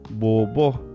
bobo